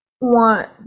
want